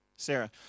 Sarah